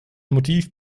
motiv